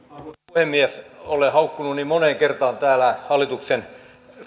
puhemies olen haukkunut niin moneen kertaan täällä hallituksen